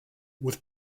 was